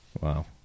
Wow